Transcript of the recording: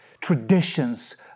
traditions